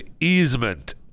easement